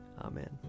Amen